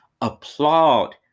applaud